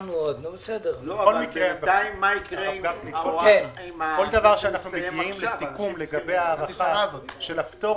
כל דבר שאנחנו מגיעים לסיכום לגבי ההארה של הפטור,